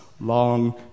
long